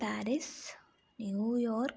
Paris New York